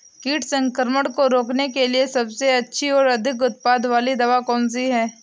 कीट संक्रमण को रोकने के लिए सबसे अच्छी और अधिक उत्पाद वाली दवा कौन सी है?